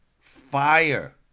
fire